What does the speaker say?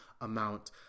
amount